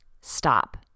Stop